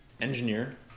engineer